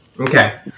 Okay